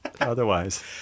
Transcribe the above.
otherwise